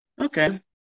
Okay